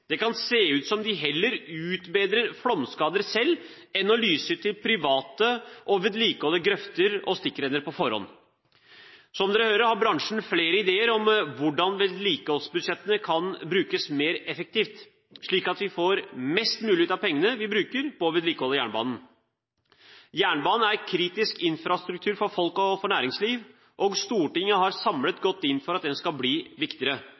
Det kan se ut som at de heller utbedrer flomskader selv, enn å lyse ut til private å vedlikeholde grøfter og stikkrenner på forhånd. Som dere hører, har bransjen flere ideer om hvordan vedlikeholdsbudsjettene kan brukes mer effektivt, slik at vi får mest mulig ut av pengene vi bruker på å vedlikeholde jernbanen. Jernbanen er kritisk infrastruktur for folk og for næringsliv, og Stortinget har samlet gått inn for at den skal bli viktigere.